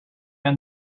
and